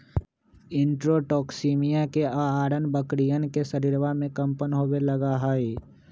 enterotoxaemia के अआरण बकरियन के शरीरवा में कम्पन होवे लगा हई